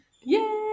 yay